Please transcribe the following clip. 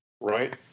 right